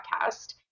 podcast